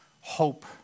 hope